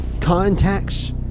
Contacts